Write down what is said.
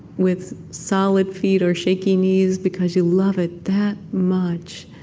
with solid feet or shaky knees because you love it that much.